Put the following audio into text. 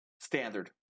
Standard